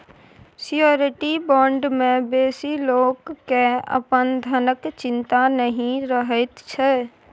surety bond मे बेसी लोक केँ अपन धनक चिंता नहि रहैत छै